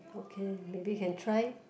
okay maybe can try